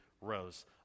Rose